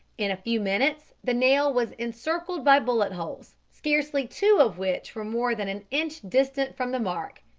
in a few minutes the nail was encircled by bullet-holes, scarcely two of which were more than an inch distant from the mark,